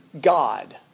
God